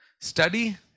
Study